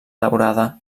daurada